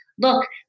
look